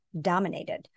dominated